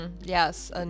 Yes